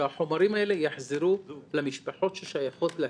שהחומרים האלה יחזרו למשפחות ששייכות להם,